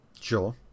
Sure